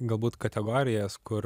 galbūt kategorijas kur